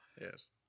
Yes